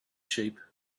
sheep